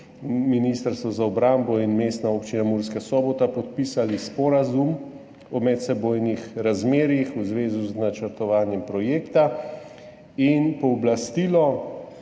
Ministrstvo za obrambo in Mestna občina Murska Sobota podpisali sporazum o medsebojnih razmerjih v zvezi z načrtovanjem projekta in pooblastilo